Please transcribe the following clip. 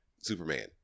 Superman